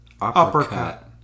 Uppercut